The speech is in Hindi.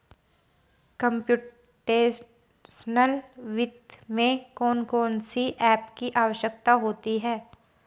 कंप्युटेशनल वित्त में कौन कौन सी एप की आवश्यकता होती है